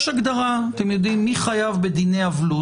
יש הגדרה מי חייב בדיני אבלות,